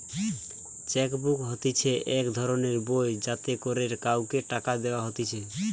check book হতিছে এক ধরণের বই যাতে করে কাওকে টাকা দেওয়া হতিছে